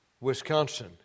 Wisconsin